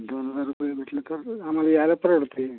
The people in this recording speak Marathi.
दोन हजार रुपये भेटले तर आम्हाला यायला परवा भेटते